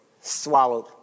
swallowed